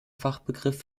fachbegriff